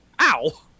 Ow